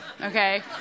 okay